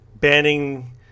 banning